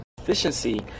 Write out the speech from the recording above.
Efficiency